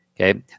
Okay